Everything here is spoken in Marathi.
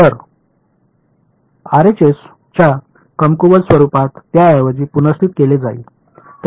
तर आरएचएस च्या कमकुवत स्वरूपात त्याऐवजी पुनर्स्थित केले जाईल